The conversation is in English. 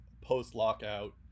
post-lockout